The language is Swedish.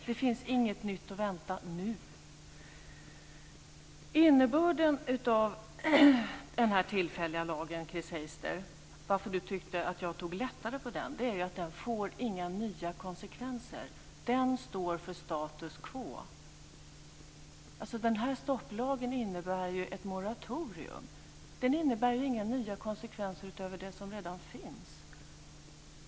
Det finns inget nytt att vänta nu. Innebörden av den här tillfälliga lagen - Chris Heister tycker ju att jag tar lättare på den - är att den inte får några nya konsekvenser, utan den står för status quo. Den här stopplagen innebär ju ett moratorium, inte några nya konsekvenser utöver vad som redan finns.